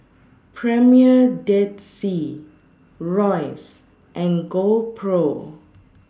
Premier Dead Sea Royce and GoPro